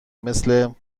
مثل